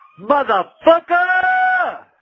motherfucker